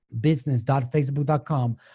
business.facebook.com